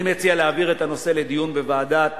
אני מציע להעביר את הנושא לדיון בוועדת